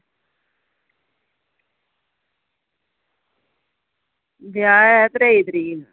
ब्याह ऐ तरेई तरीक